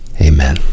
Amen